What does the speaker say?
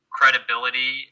credibility